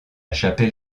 chapelle